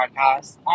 podcast